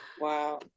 Wow